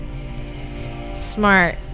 Smart